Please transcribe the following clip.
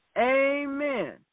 Amen